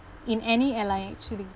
in any airline actually